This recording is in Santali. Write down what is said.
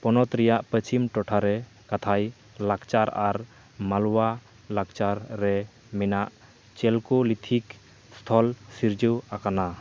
ᱯᱚᱱᱚᱛ ᱨᱮᱭᱟᱜ ᱯᱚᱥᱪᱷᱤᱢ ᱴᱚᱴᱷᱟᱨᱮ ᱠᱟᱛᱷᱟᱭ ᱞᱟᱠᱪᱟᱨ ᱟᱨ ᱢᱟᱞᱚᱣᱟ ᱞᱟᱠᱪᱟᱨ ᱨᱮ ᱢᱮᱱᱟᱜ ᱪᱮᱞᱠᱳᱞᱤᱛᱷᱤᱠ ᱥᱛᱷᱚᱞ ᱥᱤᱨᱡᱟᱹᱣ ᱟᱠᱟᱱᱟ